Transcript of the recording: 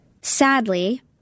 Sadly